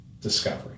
discovery